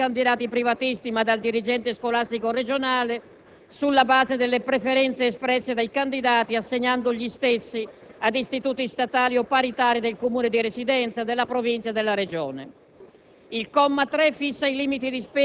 La scelta sarà operata non più dai candidati privatisti, ma dal dirigente scolastico regionale sulla base delle preferenze espresse dai candidati, assegnando gli stessi ad istituti statali o paritari del Comune di residenza, della Provincia, della Regione.